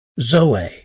Zoe